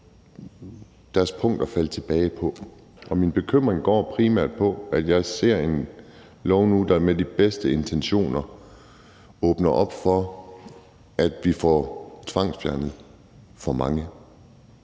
et punkt at falde tilbage på. Og min bekymring går primært på, at jeg nu ser en lov, der med de bedste intentioner åbner op for, at vi får tvangsfjernet for mange.